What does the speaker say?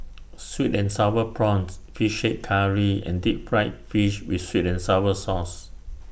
Sweet and Sour Prawns Fish Head Curry and Deep Fried Fish with Sweet and Sour Sauce